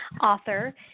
author